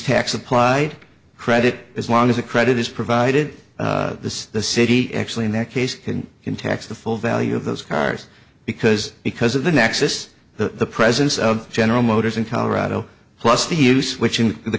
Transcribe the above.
tax supplied credit as long as the credit is provided to the city actually in that case and can tax the full value of those cars because because of the nexis the presence of general motors in colorado plus the use which in the